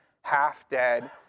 half-dead